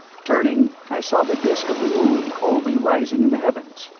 turning, i saw the disk of the moon coldly rising in the heavens.